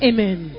Amen